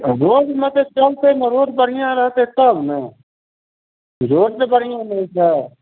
रोडमे तऽ चलतै रोड बढ़िआँ रहतै तब ने रोड तऽ बढ़िआँ नहि छै